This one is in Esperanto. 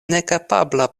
nekapabla